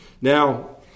Now